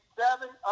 seven